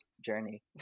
journey